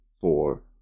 four